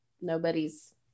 nobody's